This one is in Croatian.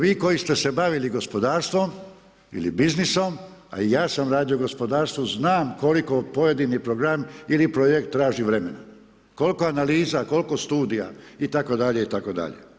Vi koji ste se bavili gospodarstvom ili biznisom, a i ja sam radio gospodarstvo, znam koliko pojedini program ili projekt traži vremena, koliko analiza, koliko studija itd. itd.